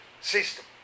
system